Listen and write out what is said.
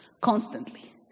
constantly